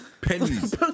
Pennies